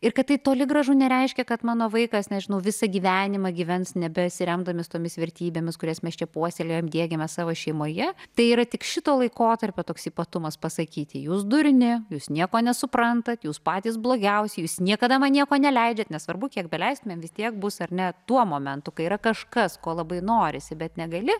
ir kad tai toli gražu nereiškia kad mano vaikas nežinau visą gyvenimą gyvens nebesiremdamas tomis vertybėmis kurias mes čia puoselėjame diegiame savo šeimoje tai yra tik šito laikotarpio toks ypatumas pasakyti jūs durni jūs nieko nesuprantat jūs patys blogiausi jūs niekada man nieko neleidžiat nesvarbu kiek beleistumėm vis tiek bus ar ne tuo momentu kai yra kažkas ko labai norisi bet negali